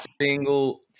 single